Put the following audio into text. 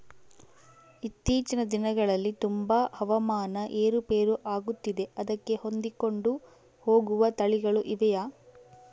ಇತ್ತೇಚಿನ ದಿನಗಳಲ್ಲಿ ತುಂಬಾ ಹವಾಮಾನ ಏರು ಪೇರು ಆಗುತ್ತಿದೆ ಅದಕ್ಕೆ ಹೊಂದಿಕೊಂಡು ಹೋಗುವ ತಳಿಗಳು ಇವೆಯಾ?